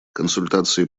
консультации